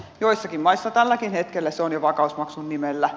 joissakin maissa tälläkin hetkellä se on jo vakausmaksun nimellä